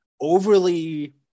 overly